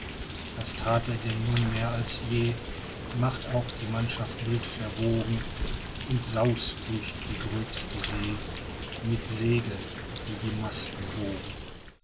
das that er denn nun mehr als je macht auch die mannschaft wild verwogen und sauste durch die gröbste see mit segeln die die masten bogen